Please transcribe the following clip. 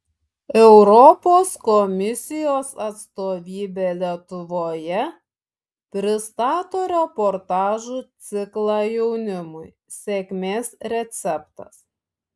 europos komisijos atstovybė lietuvoje pristato reportažų ciklą jaunimui sėkmės receptas